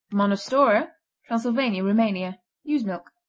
monostorer transylvania, rumania ewe's milk.